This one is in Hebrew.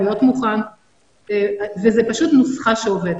להיות מוכן וזו פשוט נוסחה שעובדת.